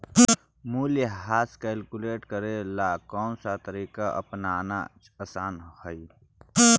मूल्यह्रास कैलकुलेट करे ला कौनसा तरीका अपनाना आसान हई